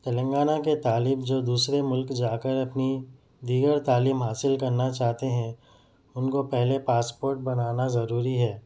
تلنگانہ کے طالب جو دوسرے ملک جا کر اپنی دیگر تعلیم حاصل کرنا چاہتے ہیں ان کو پہلے پاسپورٹ بنانا ضروری ہے